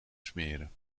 smeren